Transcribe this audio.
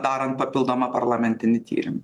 darant papildomą parlamentinį tyrimą